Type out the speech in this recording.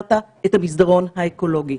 סגרת את המסדרון האקולוגי.